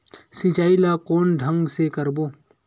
सिंचाई ल कोन ढंग से करबो?